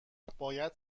باید